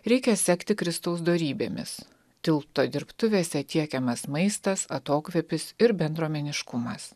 reikia sekti kristaus dorybėmis tilto dirbtuvėse tiekiamas maistas atokvėpis ir bendruomeniškumas